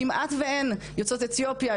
כמעט ואין יוצאות אתיופיה,